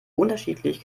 unterschiedlich